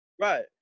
Right